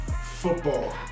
Football